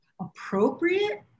Appropriate